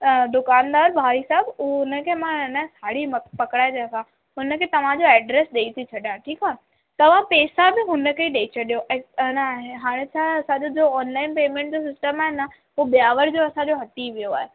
दुकानदार भाई साहिबु उहो हुनखे मां अइन साड़ी प पकिड़ाए थी रखां हुनखे तव्हांजो एड्रेस ॾेई थी छॾां ठीकु आहे तव्हां पैसा बि हुनखे ॾेई छॾियो ऐं हान हाणे छा असांजो जो ऑनलाइन पेमेंट जो सिस्टम आहे न उहो ब्यावर जो असांजो हटी वियो आहे